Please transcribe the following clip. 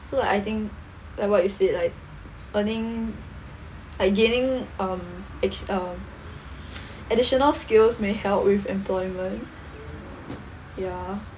so like I think like what you said like earning like gaining um add~ um additional skills may help with employment ya